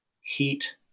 heat